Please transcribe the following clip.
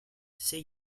sei